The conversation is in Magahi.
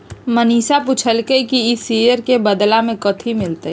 मनीषा पूछलई कि ई शेयर के बदला मे कथी मिलतई